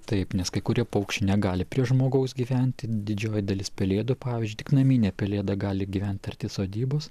taip nes kai kurie paukščiai negali prie žmogaus gyventi didžioji dalis pelėdų pavyzdžiui tik naminė pelėda gali gyvent arti sodybos